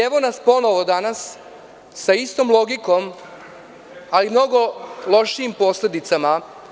Evo nas ponovo danas sa istom logikom, ali mnogo lošijim posledicama.